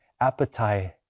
appetite